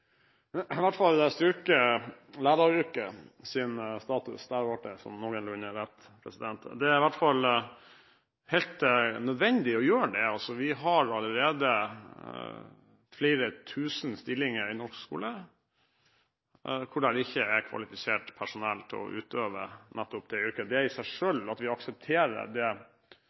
hvert fall helt nødvendig å gjøre det. Vi har allerede flere tusen stillinger i norsk skole hvor det ikke er kvalifisert personell til å utøve nettopp det yrket. Det i seg selv, at vi aksepterer den allerede eksisterende underdekningen av utdannede lærere i skolen – og ansvaret for det